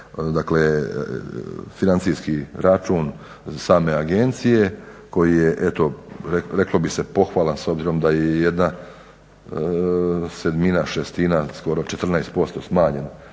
piše financijski račun same agencije koji je eto reklo bi se pohvalan s obzirom da je 1/7, 1/6, skoro 14% smanjena